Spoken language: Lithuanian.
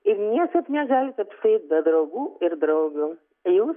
ir niekaip negalit apsieit be draugų ir draugių jūs